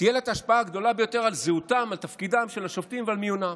תהיה לה ההשפעה הגדולה ביותר על זהותם ותפקידם של השופטים ועל מיונם.